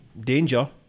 danger